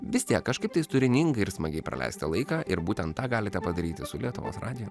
vis tiek kažkaip tais turiningai ir smagiai praleisti laiką ir būtent tą galite padaryti su lietuvos radiju